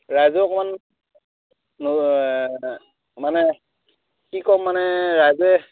ৰাইজে অকণমান মানে কি কম মানে ৰাইজে